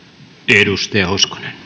arvoisa